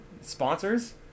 Sponsors